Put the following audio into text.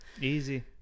Easy